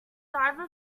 diver